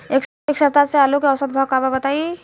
एक सप्ताह से आलू के औसत भाव का बा बताई?